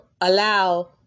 allow